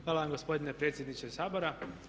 Hvala vam gospodine predsjedniče Sabora.